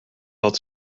dat